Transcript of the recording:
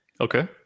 Okay